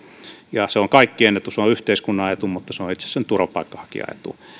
ja se on kaikkien etu se on yhteiskunnan etu mutta se on itse asiassa myös sen turvapaikanhakijan etu